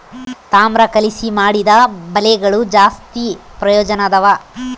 ತಾಮ್ರ ಕಲಿಸಿ ಮಾಡಿದ ಬಲೆಗಳು ಜಾಸ್ತಿ ಪ್ರಯೋಜನದವ